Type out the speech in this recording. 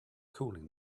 cooling